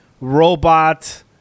robot